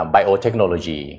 Biotechnology